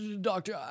Doctor